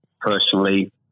personally